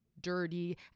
dirty